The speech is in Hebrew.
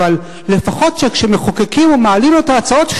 אבל לפחות כשמחוקקים ומעלים את ההצעות,